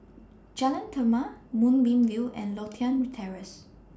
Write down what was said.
Jalan Chermai Moonbeam View and Lothian Terrace